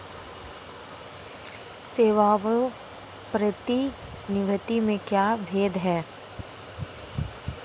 स्वायत्त व प्रेरित निवेश में क्या भेद है?